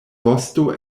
vosto